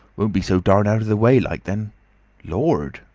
won't be so darn out-of-the-way like, then lord!